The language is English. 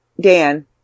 Dan